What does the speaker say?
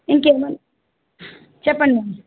ఇంకేమైనా చెప్పండి